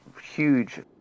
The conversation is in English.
huge